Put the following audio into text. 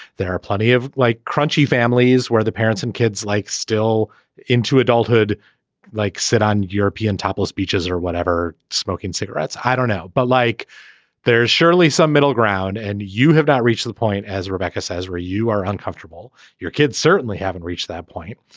there are plenty of like crunchy families where the parents and kids like still into adulthood like sit on european topless beaches or whatever. smoking cigarettes i don't know but like there is surely some middle ground and you have not reached that point. as rebecca says where you are uncomfortable your kids certainly haven't reached that point.